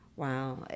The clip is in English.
Wow